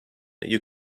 you